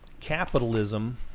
capitalism